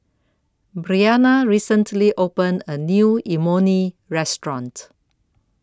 Briana recently opened A New Imoni Restaurant